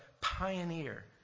pioneer